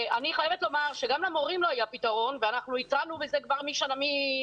אז גם היינו נמצאים באותו מצב שבו הילדים נמצאים.